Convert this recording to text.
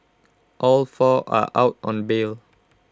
all four are out on bail